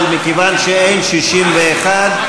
אבל מכיוון שאין 61,